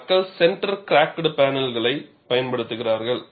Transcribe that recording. எனவே மக்கள் சென்டர் கிராக்ட் பேனல்களைப் பயன்படுத்துகிறார்கள்